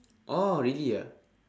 oh really ah